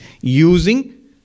using